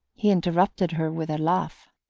he interrupted her with a laugh.